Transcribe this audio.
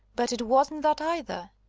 but it wasn't that either.